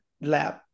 lab